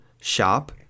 shop